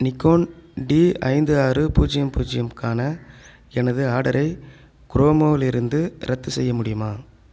Nikon D ஐந்து ஆறு பூஜ்யம் பூஜ்யம்கான எனது ஆர்டரை க்ரோமோலிருந்து ரத்து செய்ய முடியுமா